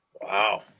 Wow